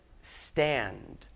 stand